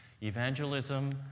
evangelism